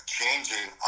changing